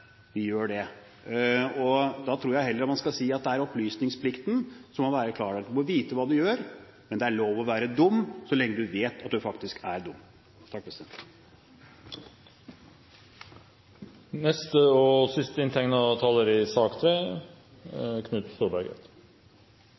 gjør det. Da tror jeg heller man skal si at det er opplysningsplikten som må være klar. Du må vite hva du gjør, men det er lov å være dum så lenge du vet at du faktisk er dum.